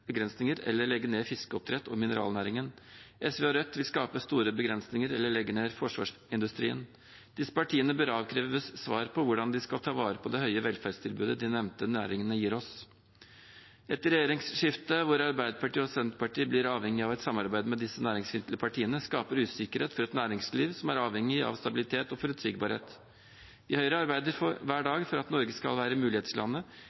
eller legge ned fiskeoppdrett og mineralnæringen. SV og Rødt vil skape store begrensninger eller legge ned forsvarsindustrien. Disse partiene bør avkreves svar på hvordan de skal ta vare på det høye velferdstilbudet de nevnte næringene gir oss. Et regjeringsskifte hvor Arbeiderpartiet og Senterpartiet blir avhengig av et samarbeid med disse næringsfiendtlige partiene, skaper usikkerhet for et næringsliv som er avhengig av stabilitet og forutsigbarhet. I Høyre arbeider vi hver